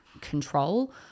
control